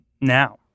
now